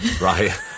right